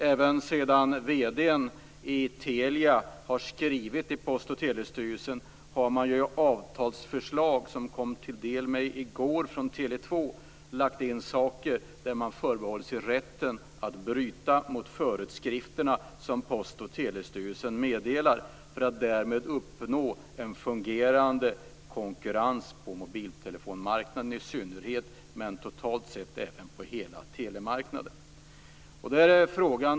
Även sedan vd:n i Telia har skrivit till Post och telestyrelsen har man i avtalsförslag som kom mig till del i går från Tele 2 lagt in saker där man förbehåller sig rätten att bryta mot föreskrifterna som Post och telestyrelsen meddelar för att uppnå en fungerande konkurrens på mobiltelefonmarknaden i synnerhet och totalt sett även på hela telemarknaden.